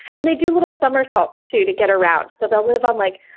and they do little summersaults too, to get around. so, they'll live on, like,